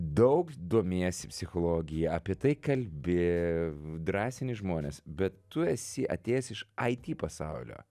daug domiesi psichologija apie tai kalbi drąsini žmones bet tu esi atėjęs iš it pasaulio